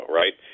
right